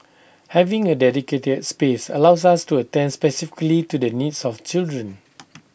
having A dedicated space allows us to attend specifically to the needs of children